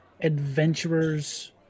adventurers